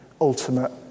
ultimate